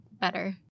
better